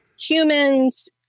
humans